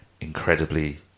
incredibly